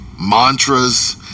mantras